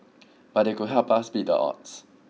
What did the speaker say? but they could help us beat the odds